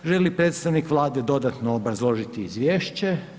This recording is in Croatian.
Želi li predstavnik Vlade dodatno obrazložiti izvješće?